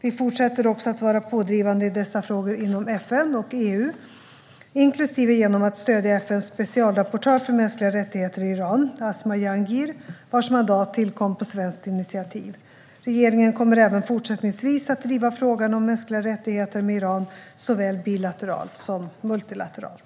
Vi fortsätter också att vara pådrivande i dessa frågor inom FN och EU, bland annat genom att stödja FN:s specialrapportör för mänskliga rättigheter i Iran, Asma Jahangir, vars mandat tillkom på svenskt initiativ. Regeringen kommer även fortsättningsvis att driva frågan om mänskliga rättigheter med Iran, såväl bilateralt som multilateralt.